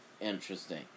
interesting